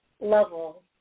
level